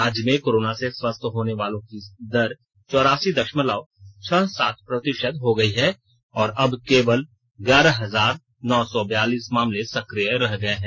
राज्य में कोरोना से स्वस्थ होने वालों की दर चौरासी दशमलव छह सात प्रतिशत हो गई है और अब केवल ग्यारह हजार नौ सौ बैयालीस मामले सक्रिय रह गए हैं